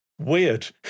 weird